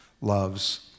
loves